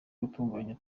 gutunganya